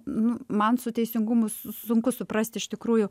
nu man su teisingumu su sunku suprast iš tikrųjų